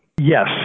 yes